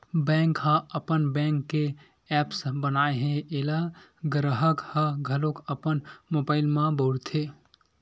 bank ह अपन bank के ऐप्स बनाए हे एला गराहक ह घलोक अपन मोबाइल म बउरथे